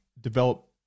develop